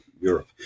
Europe